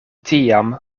tiam